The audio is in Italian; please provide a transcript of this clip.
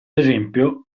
esempio